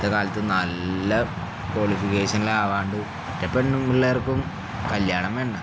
മറ്റ കാലത്ത് നല്ല കോക്വാളിഫിക്കേഷനിലാവാണ്ട് ഒറ്റപ്പെണ്ണും പിള്ളേർക്കും കല്യാണമണ്